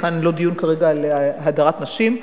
וזה לא דיון כרגע על הדרת נשים.